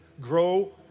grow